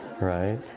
right